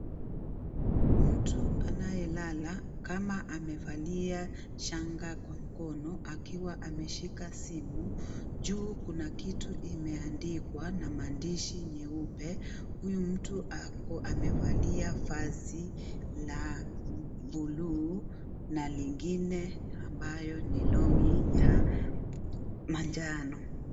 Mtu anayelala kama amevalia shanga kwa mkono akiwa ameshika simu. Juu kuna kitu imeandikwa na maandishi nyeupe. Huyu mtu ako amevalia vazi la bluu na lingine ambalo ni longi ya manjano.